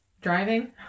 driving